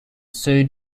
sued